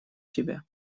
тебя